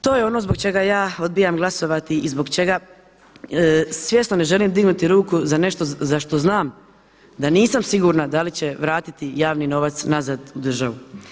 To je ono zbog čega ja odbijam glasovati i zbog čega svjesno ne želim dignuti ruku za nešto za što znam da nisam sigurna da li će vratiti javni novac nazad u državu.